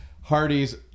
Hardy's